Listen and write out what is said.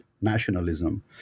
nationalism